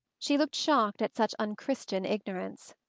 she looked shocked at such unchristian ignorance.